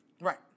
Right